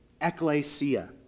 ecclesia